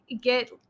get